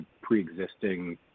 pre-existing